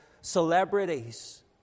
celebrities